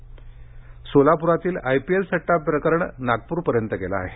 IPL सट्टा सोलाप्रातील IPL सट्टा प्रकरण नागप्रपर्यंत गेलं आहे